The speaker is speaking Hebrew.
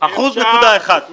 1.1 אחוז.